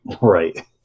Right